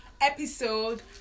episode